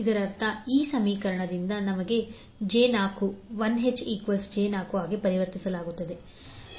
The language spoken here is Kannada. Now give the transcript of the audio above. ಇದರರ್ಥ ಇಂಡಕ್ಟರ್ ಅನ್ನು 1H⇒jωL j4 ಆಗಿ ಪರಿವರ್ತಿಸಲಾಗುತ್ತದೆ